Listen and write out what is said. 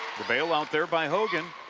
the bailout there by hogan.